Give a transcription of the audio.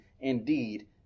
indeed